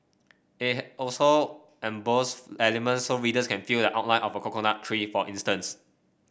it also embossed elements so readers can feel the outline of a coconut tree for instance